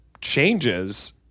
changes